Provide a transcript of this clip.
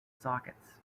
sockets